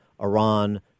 Iran